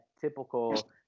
typical